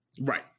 Right